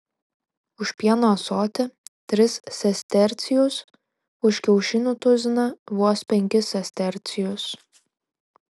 už pieno ąsotį tris sestercijus už kiaušinių tuziną vos penkis sestercijus